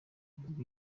ivuga